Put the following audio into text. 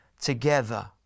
together